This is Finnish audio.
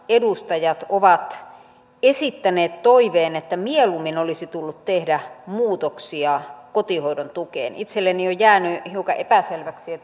edustajat ovat esittäneet toiveen että mieluummin olisi tullut tehdä muutoksia kotihoidon tukeen itselleni on jäänyt hiukan epäselväksi